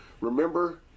Remember